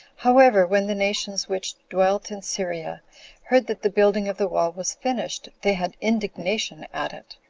however, when the nations which dwelt in syria heard that the building of the wall was finished, they had indignation at it.